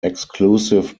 exclusive